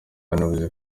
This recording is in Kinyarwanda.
yanavuze